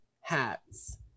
hats